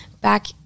back